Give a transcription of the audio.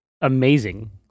amazing